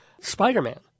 Spider-Man